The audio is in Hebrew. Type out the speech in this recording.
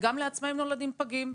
גם לעצמאיים נולדים פגים.